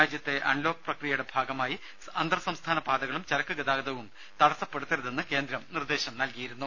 രാജ്യത്തെ അൺലോക്ക് പ്രക്രിയയുടെ ഭാഗമായി അന്തർസംസ്ഥാന പാതകളും ചരക്കുഗതാഗതവും തടസപ്പെടുത്തരുതെന്ന് കേന്ദ്രം നിർദേശം നൽകിയിരുന്നു